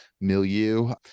milieu